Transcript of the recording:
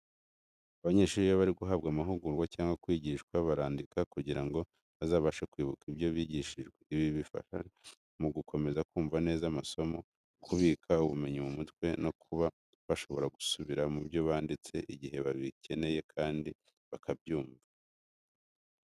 Abanyeshuri iyo bari guhabwa amahugurwa cyangwa kwigishwa barandika kugira ngo bazabashe kwibuka ibyo bigishijwe. Ibi bifasha mu gukomeza kumva neza amasomo, kubika ubumenyi mu mutwe no kuba bashobora gusubira mu byo banditse igihe babikeneye kandi bakabyumva.